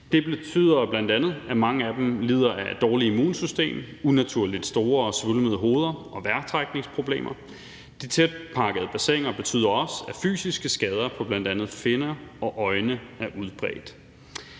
Det betyder bl.a., at mange af dem lider af et dårligt immunsystem, unaturlig store og svulmede hoveder og vejrtrækningsproblemer. De tætpakkede bassiner betyder også, at fysiske skader på bl.a. finner og øjne er udbredt.